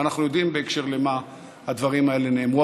ואנחנו יודעים בהקשר של מה הדברים האלה נאמרו,